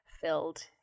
filled